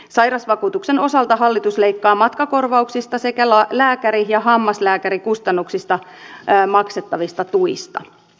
sairausvakuutuksen osalta hallitus leikkaa matkakorvauksista sekä lääkäri ja hammaslääkärikustannuksista maksettavista tuista